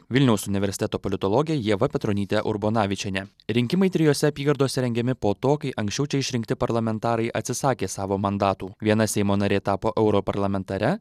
vilniaus universiteto politologė ieva petronytė urbonavičienė rinkimai trijose apygardose rengiami po to kai anksčiau čia išrinkti parlamentarai atsisakė savo mandatų viena seimo narė tapo europarlamentare